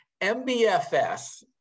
MBFS